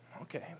okay